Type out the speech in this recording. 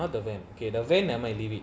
not the van okay ah the van ah might be